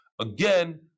Again